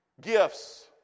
gifts